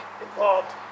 involved